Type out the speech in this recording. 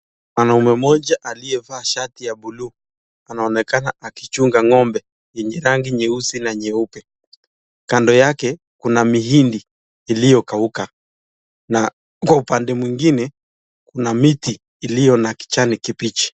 Mwanaume mmoja aliye vaa Shati la buluu ,anaonekana akichunga ng'ombe yenye rangi nyeusi na nyeupe, kando yake Kuna mahindi iliyo kauka, Na kwa upande mwingine kuna miti iliyo na kijani kibichi.